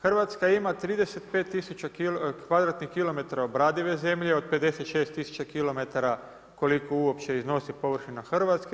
Hrvatska ima 35000 kvadratnih kilometara obradive zemlje od 56 tisuća kilometara koliko uopće iznosi površina Hrvatske.